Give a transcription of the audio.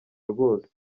rwose